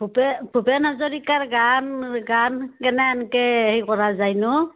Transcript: ভূপে ভূপেন হাজৰিকাৰ গান গান কেনে সেনকৈ হেৰি কৰা যায়নো